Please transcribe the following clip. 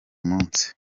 munsi